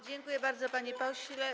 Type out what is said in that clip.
Dziękuję bardzo, panie pośle.